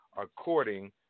according